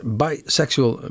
bisexual